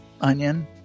onion